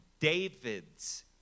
David's